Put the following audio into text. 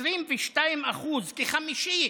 22%, כחמישית,